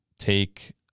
take